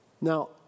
Now